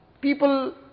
People